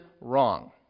wrong